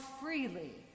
freely